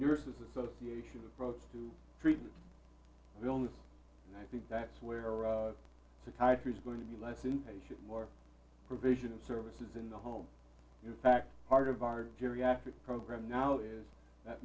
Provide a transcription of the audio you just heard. nurses association approach to treatment of illness and i think that's where a psychiatrist going to be less inpatient more provision of services in the home in fact part of our geriatric program now is that